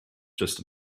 just